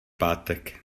pátek